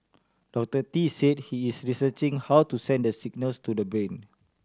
Doctor Tee said he is researching how to send the signals to the brain